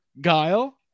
Guile